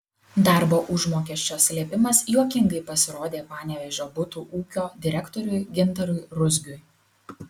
darbo užmokesčio slėpimas juokingai pasirodė panevėžio butų ūkio direktoriui gintarui ruzgiui